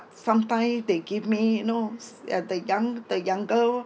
sometime they give me you know s~ uh the young the younger